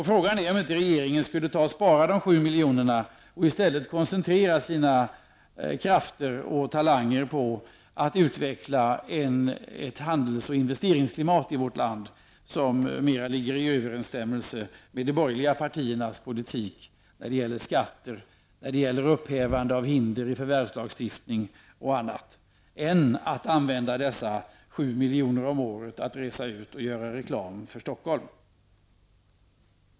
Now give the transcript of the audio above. Frågan är om inte regeringen skulle spara de 7 milj.kr. och i stället koncentrera sina krafter och talanger på att utveckla ett handels och investeringsklimat i vårt land som mera ligger i överenstämmelse med de borgerliga partiernas politik när det gäller skatter, upphävande av hinder i förvärvslagstiftningen osv. än att använda pengarna till att resa ut och göra reklam för Stockholm.